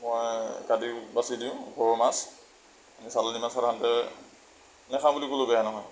মই কাটি বাচি দিওঁ সৰু মাছ চালানি মাছ সাধাৰণতে নেখাওঁ বুলি ক'লেও বেয়া নহয়